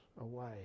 away